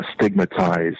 stigmatized